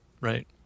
Right